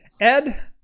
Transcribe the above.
Ed